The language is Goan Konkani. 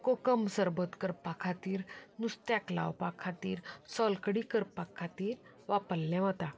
कोकम सरबत करपा खातीर नुस्त्याक लावपा खातीर सोलकडी करपा खातीर वापरलें वता